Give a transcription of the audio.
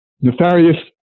nefarious